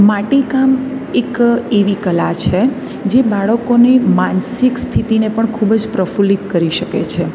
માટીકામ એક એવી કલા છે જે બાળકોની માનસિક સ્થિતિને પણ ખૂબ જ પ્રફુલ્લિત કરી શકે છે